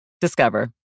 Discover